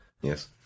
Yes